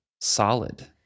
solid